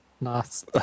Nice